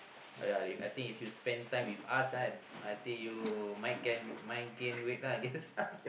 ah ya ya I think if you spend time with us kan I think you might gain might gain weight ah I guess